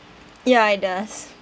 ya it does